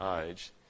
age